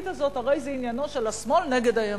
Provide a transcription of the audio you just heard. הזאת הרי זה עניינו של השמאל נגד הימין.